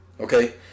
okay